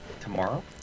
Tomorrow